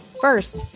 First